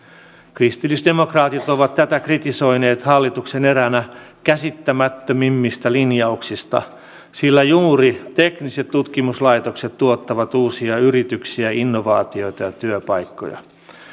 kristillisdemokraatit ovat tätä kritisoineet hallituksen eräänä käsittämättömimmistä linjauksista sillä juuri tekniset tutkimuslaitokset tuottavat uusia yrityksiä innovaatioita ja työpaikkoja